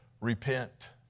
repent